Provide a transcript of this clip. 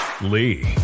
Lee